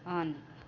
on